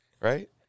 right